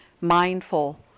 mindful